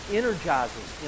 energizes